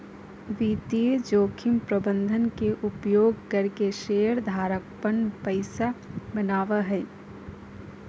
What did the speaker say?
वित्तीय जोखिम प्रबंधन के उपयोग करके शेयर धारक पन पैसा बनावय हय